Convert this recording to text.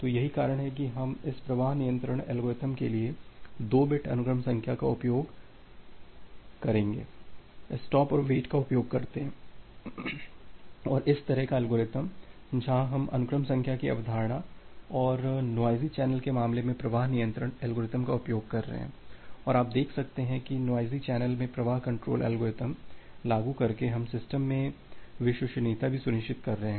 तो यही कारण है कि हम इस प्रवाह नियंत्रण एल्गोरिथ्म के लिए 2 बिट अनुक्रम संख्या का उपयोग स्टॉप और वेट का उपयोग करते हैं और इस तरह का एल्गोरिथ्म जहां हम अनुक्रम संख्या की अवधारणा और नोइज़ी चैनल के मामले में प्रवाह नियंत्रण एल्गोरिदम को उपयोग कर रहे हैं और आप देख सकते हैं की नोइज़ी चैनल में प्रवाह कंट्रोल अल्गोरिथम लागू करके हम सिस्टम में विश्वसनीयता भी सुनिश्चित कर रहे हैं